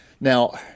now